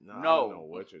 No